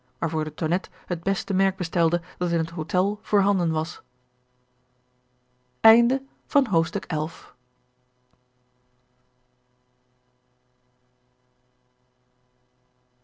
waarvoor de tonnette het beste merk bestelde dat in het hotel voorhanden was